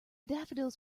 daffodils